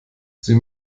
sie